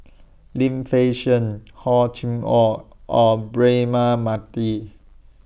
Lim Fei Shen Hor Chim Or and Braema Mathi